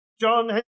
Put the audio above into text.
John